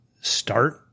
start